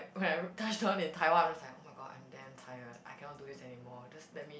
okay I touched down in Taiwan I'm just like oh-my-god I'm damn tired I cannot do this anymore just let me